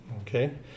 okay